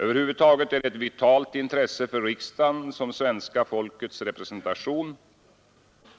Över huvud taget är det ett vitalt intresse för riksdagen som svenska folkets representation